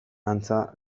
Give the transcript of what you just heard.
antza